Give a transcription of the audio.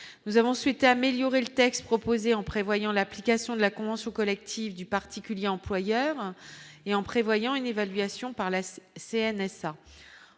nous avons ensuite améliorer le texte proposé en prévoyant l'application de la convention collective du particulier employeur et en prévoyant une évaluation par la CNSA.